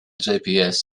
gps